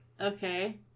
Okay